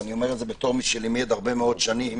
ואני אומר את זה בתור מי שלימד הרבה מאוד שנים